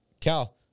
Cal